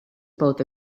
both